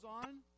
on